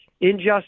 injustice